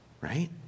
right